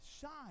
shine